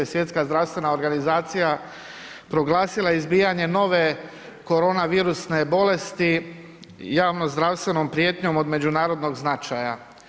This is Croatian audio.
Svjetska zdravstvena organizacija proglasila je izbijanje nove korona virusne bolesti javnozdravstvenom prijetnjom od međunarodnog značaja.